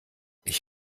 ich